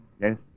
yes